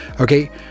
okay